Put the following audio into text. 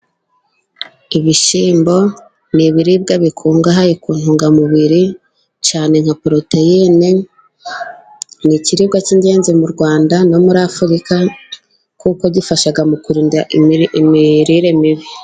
Ibishyimbo ni ibiribwa bikungahaye ku ntungamubiri cyane nka poroteyine, ni ikiribwa cy'ingenzi mu Rwanda no muri Afurika kuko gifasha mu kurinda imirire mibi.